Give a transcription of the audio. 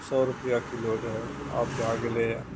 सए रुपैआ किलो रहै आब भऽ गेलैया